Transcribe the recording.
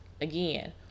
Again